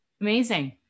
Amazing